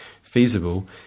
feasible